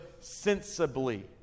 sensibly